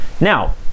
Now